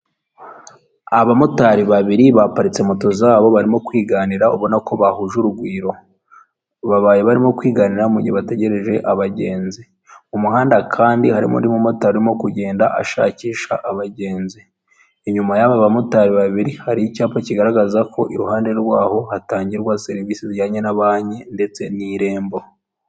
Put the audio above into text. Abamotari babiri baparitse moto zabo barimo kwiganirira ubona ko bahuje urugwiro, babaye barimo kwiganirira mu gihe bategereje abagenzi, mu muhanda kandi harimo undi motari urimo kugenda ashakisha abagenzi, inyuma y'abo bamotari babiri hari icyapa kigaragaza ko iruhande rwaho hatangirwa serivisi zijyanye na banki ndetse n'irembo.